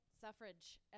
suffrage